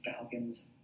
falcons